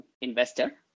investor